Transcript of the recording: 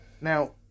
Now